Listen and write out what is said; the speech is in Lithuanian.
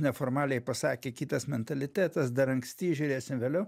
neformaliai pasakė kitas mentalitetas dar anksti žiūrėsim vėliau